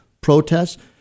protests